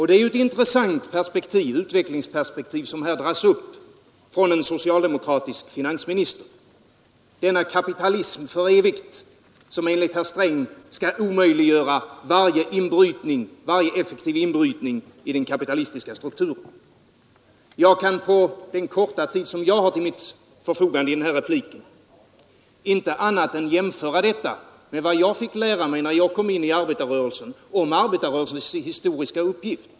Det är ett intressant utvecklingsperspektiv som här dras upp från en socialdemokratisk finansminister: Denna kapitalism för evigt som enligt herr Sträng skall omöjliggöra varje effektiv inbrytning i den kapitalistiska strukturen. På den korta tid som jag har till förfogande i denna replik kan jag inte annat än jämföra med vad jag fick lära mig, när jag kom in i arbetarrörelsen, om arbetarrörelsens historiska uppgift.